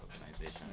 organization